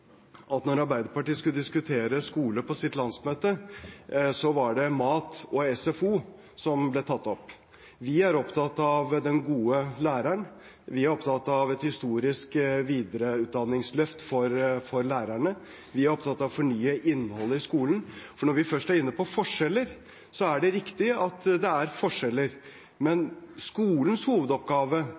at da Arbeiderpartiet skulle diskutere skole på sitt landsmøte, var det mat og SFO som ble tatt opp. Vi er opptatt av den gode læreren. Vi er opptatt av et historisk videreutdanningsløft for lærerne. Vi er opptatt av å fornye innholdet i skolen. Når vi først er inne på forskjeller, er det riktig at det er forskjeller, men skolens hovedoppgave